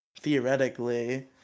theoretically